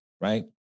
right